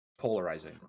polarizing